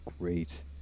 great